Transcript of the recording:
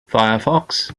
firefox